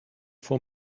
for